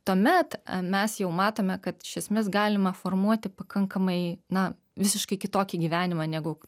tuomet mes jau matome kad iš esmės galima formuoti pakankamai na visiškai kitokį gyvenimą negu